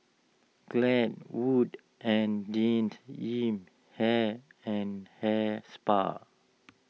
Glade Wood's and Jean Yip Hair and Hair Spa